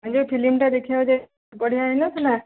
ମୁଁ ଯୋଉ ଫିଲ୍ମଟା ଦେଖିବାକୁ ଯାଇ ବଢ଼ିଆ ହେଇନଥିଲା